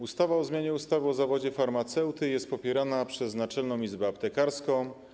Ustawa o zmianie ustawy o zawodzie farmaceuty jest popierana przez Naczelną Izbę Aptekarską.